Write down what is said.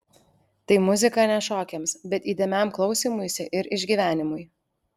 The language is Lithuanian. tai muzika ne šokiams bet įdėmiam klausymuisi ir išgyvenimui